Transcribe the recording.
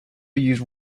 used